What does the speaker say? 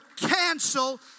cancel